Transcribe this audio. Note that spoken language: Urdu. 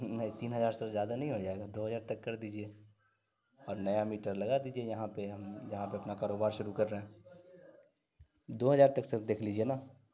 نہیں تین ہزار سر زیادہ نہیں ہو جائے گا دو ہزار تک کر دیجیے اور نیا میٹر لگا دیجیے یہاں پہ ہم جہاں پہ اپنا کاروبار شروع کر رہے ہیں دو ہزار تک سر دیکھ لیجیے نا